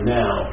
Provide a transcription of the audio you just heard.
now